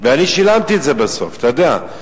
ואני שילמתי את זה בסוף, אתה יודע.